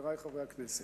חברי חברי הכנסת,